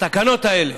התקנות האלה,